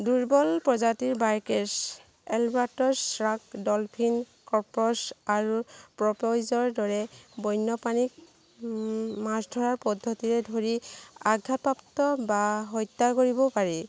দুৰ্বল প্ৰজাতিৰ bycatch albatross shark dolphin কৰ্পচ আৰু প্ৰপইজৰ দৰে বন্যপ্ৰাণীক মাছধৰাৰ পদ্ধতিৰে ধৰি আঘাতপ্ৰাপ্ত বা হত্যা কৰিব পাৰি